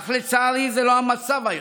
אך לצערי זה לא המצב היום.